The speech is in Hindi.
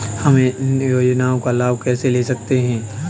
हम इन योजनाओं का लाभ कैसे ले सकते हैं?